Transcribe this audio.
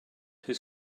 his